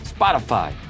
Spotify